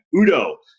Udo